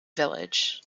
village